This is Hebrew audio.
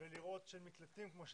ולראות שהם נקלטים כמו שצריך,